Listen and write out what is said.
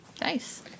Nice